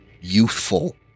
youthful